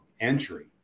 entry